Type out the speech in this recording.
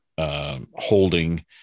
Holding